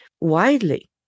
widely